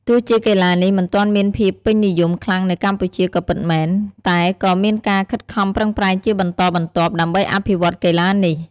ទោះជាកីទ្បានេះមិនទាន់មានភាពពេញនិយមខ្លាំងនៅកម្ពុជាក៏ពិតមែន តែក៏មានការខិតខំប្រឹងប្រែងជាបន្តបន្ទាប់ ដើម្បីអភិវឌ្ឍកីឡានេះ។